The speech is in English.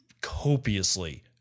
copiously